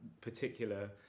particular